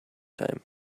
time